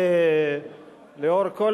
לאור כל